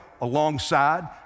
alongside